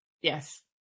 Yes